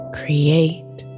create